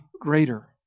greater